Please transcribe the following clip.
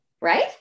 right